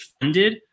funded